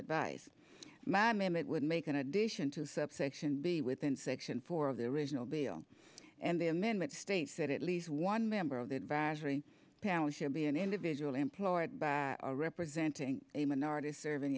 advice my man that would make an addition to subsection be within section four of the original bill and the amendment states that at least one member of the advisory panel and shall be an individual employed by representing a minority serving